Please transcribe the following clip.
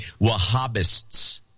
Wahhabists